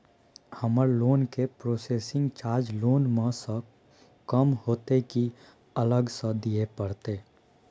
हमर लोन के processing charge loan म स कम होतै की अलग स दिए परतै?